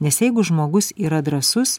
nes jeigu žmogus yra drąsus